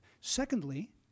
Secondly